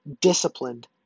Disciplined